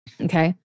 okay